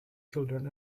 children